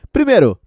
Primeiro